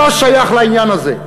לא שייך לעניין הזה.